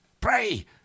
pray